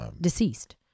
Deceased